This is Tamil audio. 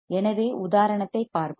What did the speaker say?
எனவே உதாரணத்தைப் பார்ப்போம்